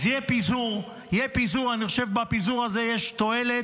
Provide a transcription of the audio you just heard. אז יהיה פיזור, ואני חושב שבפיזור הזה יש תועלת.